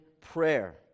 prayer